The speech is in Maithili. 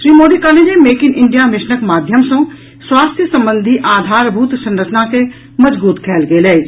श्री मोदी कहलनि जे मेक इन इंडिया मिशनक माध्यम सँ स्वास्थ्य संबंधी आधारभूत संरचना के मजगूत कयल गेल अछि